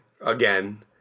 again